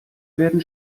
werden